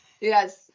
Yes